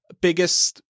Biggest